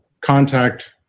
contact